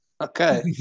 Okay